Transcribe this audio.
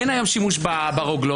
אין היום שימוש ברוגלות,